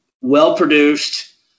well-produced